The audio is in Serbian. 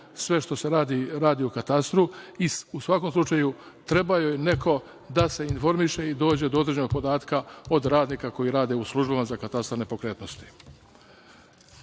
sve šta se radi u katastru i u svakom slučaju treba joj neko da se informiše i dođe do određenog podatka od radnika koji rade u službama za katastar nepokretnosti. Ono